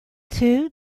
two